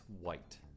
white